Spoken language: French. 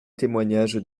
témoignages